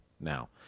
now